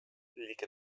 like